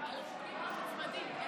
שמית.